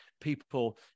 people